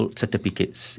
certificates